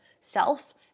self